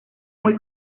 muy